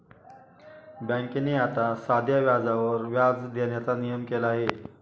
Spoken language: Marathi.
बँकेने आता साध्या व्याजावर व्याज देण्याचा नियम केला आहे